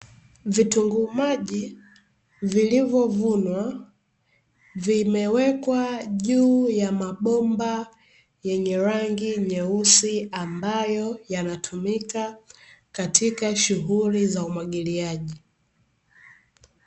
Vitunguu maji vilivyovunwa, vimewekwa juu ya mabomba yenye rangi nyeusi, ambayo yanatumika katika shughuli za umwagiliaji.